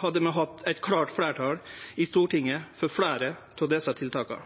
hadde vi hatt eit klart fleirtal i Stortinget for fleire av desse tiltaka.